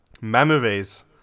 Memories